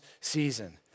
season